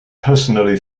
personally